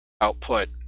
output